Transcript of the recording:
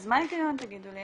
אז מה ההיגיון, תגידו לי?